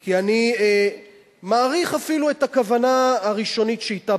כי אני מעריך אפילו את הכוונה הראשונית שאִתה